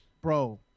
Bro